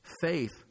Faith